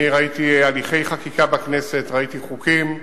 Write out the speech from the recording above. ראיתי הליכי חקיקה בכנסת, ראיתי חוקים,